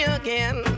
again